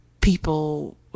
people